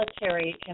military